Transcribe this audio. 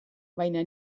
baina